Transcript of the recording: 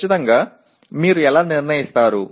ఖచ్చితంగా మీరు ఎలా నిర్ణయిస్తారు